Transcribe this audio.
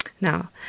Now